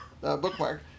bookmark